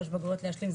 3 בגרויות להשלים,